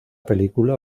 película